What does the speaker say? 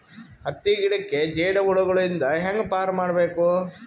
ಹತ್ತಿ ಗಿಡಕ್ಕೆ ಜೇಡ ಹುಳಗಳು ಇಂದ ಹ್ಯಾಂಗ್ ಪಾರ್ ಮಾಡಬೇಕು?